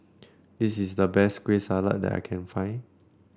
this is the best Kueh Salat that I can find